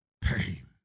pain